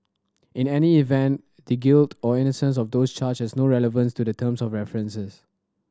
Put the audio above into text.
in any event the guilt or innocence of those charges no relevance to the terms of references